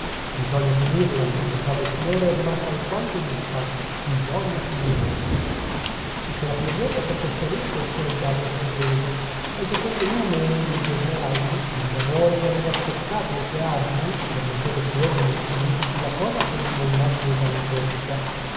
bisogna finirla borbottava il priore rimasto alquanto in disparte bisogna finirla il serafino biondo si accostò a lui col suo leggiadro sorriso al giocondo lume dei due smeraldi onde amore gli aveva scoccate le sue armi permettete che io vi significhi la cosa con una immagine dantesca